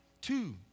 Two